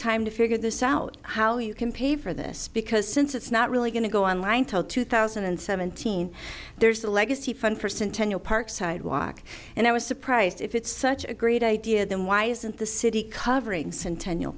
time to figure this out how you can pay for this because since it's not really going to go on line told two thousand and seventeen there's a legacy fund for centennial park sidewalk and i was surprised if it's such a great idea then why isn't the city covering